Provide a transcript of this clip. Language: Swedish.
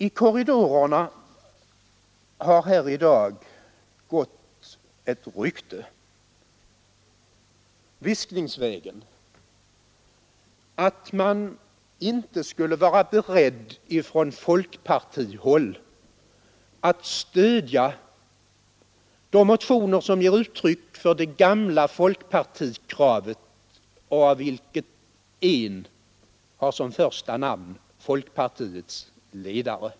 I korridorerna har här i dag gått ett rykte — viskningsvägen — att man på folkpartihåll inte skulle vara beredd att stödja de motioner som ger uttryck för det gamla folkpartikravet och av vilka en har som första namn folkpartiets ledare.